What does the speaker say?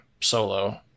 Solo